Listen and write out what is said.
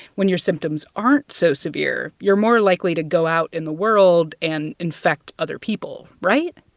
when your symptoms aren't so severe, you're more likely to go out in the world and infect other people, right?